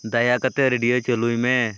ᱫᱟᱭᱟ ᱠᱟᱛᱮᱫ ᱪᱟᱹᱞᱩᱭ ᱢᱮ